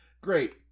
Great